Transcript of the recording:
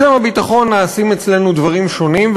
בשם הביטחון נעשים אצלנו דברים שונים,